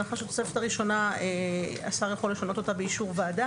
מאחר והשר יכול לשנות את התוספת הראשונה באישור ועדה.